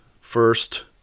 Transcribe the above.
first